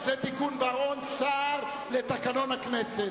תיקון בר-און-סער לתקנון הכנסת.